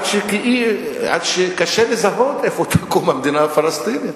רק הוא אומר לי שהבתים האלה נבנו ללא רשיון.